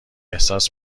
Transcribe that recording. احساس